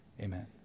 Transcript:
Amen